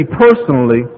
personally